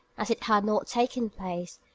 as it had not taken place,